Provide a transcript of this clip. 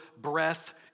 breath